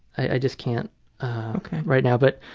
i just can't right now. but